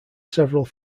several